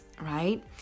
right